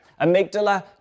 Amygdala